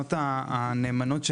קרנות הנאמנות,